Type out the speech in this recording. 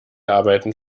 arbeiten